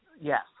Yes